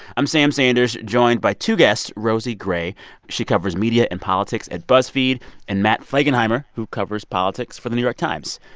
i'm sam sanders, joined by two guests, rosie gray she covers media and politics at buzzfeed and matt flegenheimer, who covers politics for the new york times.